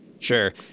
Sure